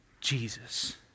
Jesus